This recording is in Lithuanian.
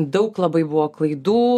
daug labai buvo klaidų